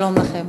שלום לכם.